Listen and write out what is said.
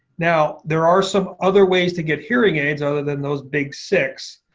now, there are some other ways to get hearing aids other than those big six.